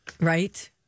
Right